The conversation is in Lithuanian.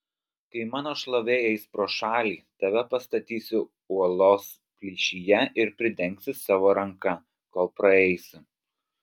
kai mano šlovė eis pro šalį tave pastatysiu uolos plyšyje ir pridengsiu savo ranka kol praeisiu